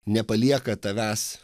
nepalieka tavęs